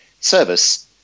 service